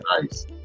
nice